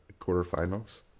quarterfinals